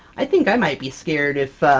i think i might be scared if,